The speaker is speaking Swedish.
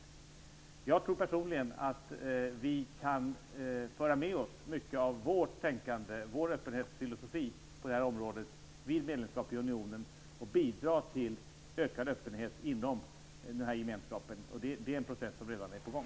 Personligen tror jag att vi vid ett medlemskap i unionen kan föra med oss mycket av vårt tänkande, vår öppenhetsfilosofi på det här området och bidra till ökad öppenhet inom gemenskapen. Den processen är redan på gång.